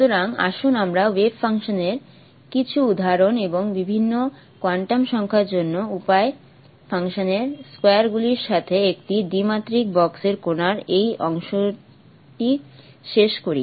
সুতরাং আসুন আমরা ওয়েভ ফাংশনের কিছু উদাহরণ এবং বিভিন্ন কোয়ান্টাম সংখ্যার জন্য উপায় ফাংশনের স্কয়ারগুলির সাথে একটি দ্বিমাত্রিক বক্সের কণার এই অংশটি শেষ করি